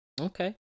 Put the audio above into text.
Okay